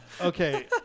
okay